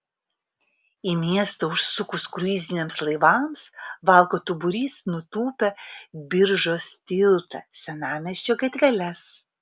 į miestą užsukus kruiziniams laivams valkatų būrys nutūpia biržos tiltą senamiesčio gatveles